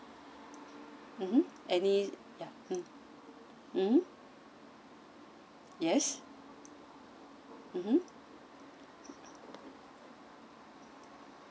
mmhmm any ya mm yes mmhmm